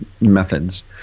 methods